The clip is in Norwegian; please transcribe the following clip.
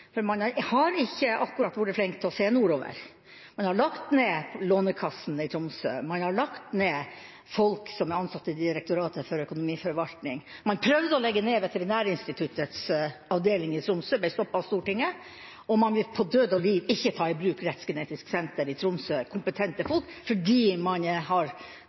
Man har ikke akkurat vært flink til å se nordover. Man har lagt ned Lånekassen i Tromsø, man har lagt ned arbeidsplassene for folk som var ansatt i Direktoratet for økonomiforvaltning. Man prøvde å legge ned Veterinærinstituttets avdeling i Tromsø, men ble stoppet av Stortinget, og man vil på død og liv ikke ta i bruk Rettsgenetisk senter i Tromsø – med kompetente folk – fordi man har